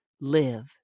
live